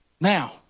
Now